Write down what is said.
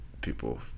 people